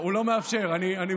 הוא לא מאפשר, אני מצטער.